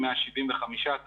175,000 נוסעים,